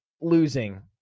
losing